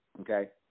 Okay